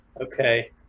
Okay